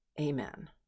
Amen